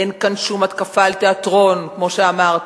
אין כאן שום התקפה על תיאטרון כמו שאמרת,